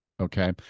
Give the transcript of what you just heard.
Okay